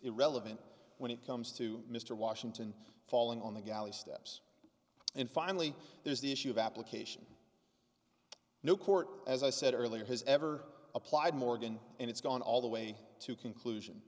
irrelevant when it comes to mr washington falling on the galley steps and finally there's the issue of application no court as i said earlier has ever applied morgan and it's gone all the way to conclusion